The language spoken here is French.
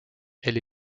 elle